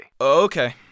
okay